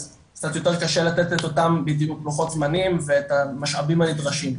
אז קצת יותר קשה לתת את אותם בדיוק לוחות זמנים ואת המשאבים הנדרשים,